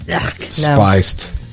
Spiced